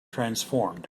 transformed